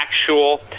actual